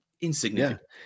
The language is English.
insignificant